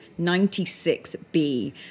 96b